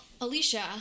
Alicia